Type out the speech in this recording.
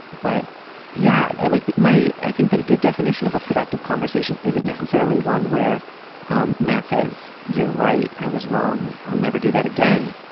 but yeah, i like my. i think that a good definition of a productive conversation isn't necessarily one where um matt says, you're right, i was wrong. i'll never do that again.